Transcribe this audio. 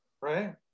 right